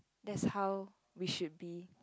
that's how we should be